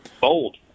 bold